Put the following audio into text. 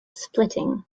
splitting